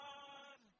God